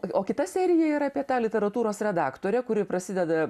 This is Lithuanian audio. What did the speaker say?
o kita serija yra apie tą literatūros redaktorę kuri prasideda